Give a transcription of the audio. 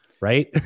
right